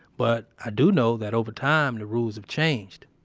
but i do know that over time, the rules have changed.